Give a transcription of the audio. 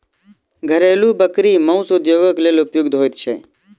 घरेलू बकरी मौस उद्योगक लेल उपयुक्त होइत छै